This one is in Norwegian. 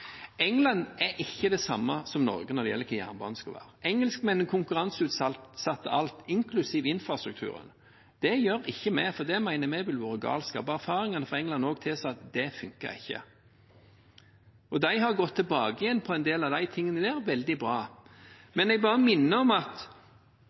England er ikke det samme som Norge når det gjelder hva jernbanen skal være. Engelskmennene konkurranseutsatte alt, inklusive infrastrukturen. Det gjør ikke vi, for vi mener det ville vært galskap. Også erfaringene fra England tilsa at det ikke fungerte. De har gått tilbake igjen på en del av de tingene. Det er veldig bra.